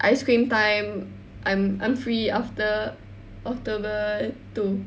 ice cream time I'm I'm free after October two